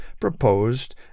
proposed